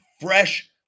fresh